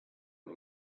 and